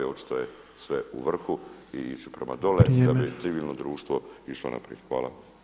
Očito je sve u vrhu i ići prema dolje da bi civilno društvo išlo naprijed [[Upadica predsjednik: Vrijeme.]] Hvala.